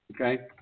Okay